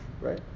right